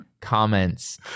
comments